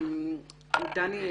דני,